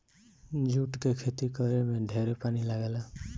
जुट के खेती करे में ढेरे पानी लागेला